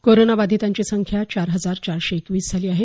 corona बाधीतांची संख्या चार हजार चारशे एकवीस झाली आहे